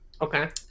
Okay